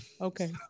okay